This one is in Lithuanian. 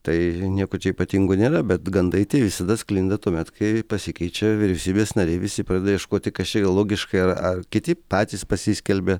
tai nieko čia ypatingo nėra bet gandai tai visada sklinda tuomet kai pasikeičia vyriausybės nariai visi pradeda ieškoti kas čia yra logiškai ar kiti patys pasiskelbia